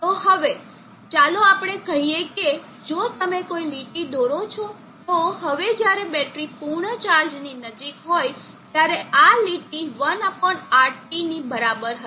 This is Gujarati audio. તો હવે ચાલો આપણે કહીએ કે જો તમે કોઈ લીટી દોરો છો તો હવે જ્યારે બેટરી પૂર્ણ ચાર્જની નજીક હોય ત્યારે આ લીટી 1 RT ની બરાબર હશે